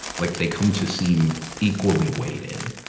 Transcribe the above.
like, they come to seem equally weighted.